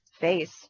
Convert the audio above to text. face